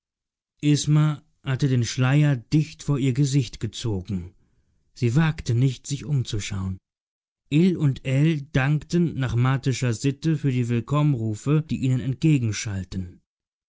isma hatte den schleier dicht vor ihr gesicht gezogen sie wagte nicht sich umzuschauen ill und ell dankten nach martischer sitte für die willkommrufe die ihnen